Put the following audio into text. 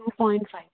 two point five